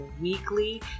weekly